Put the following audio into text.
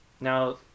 Now